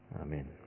Amen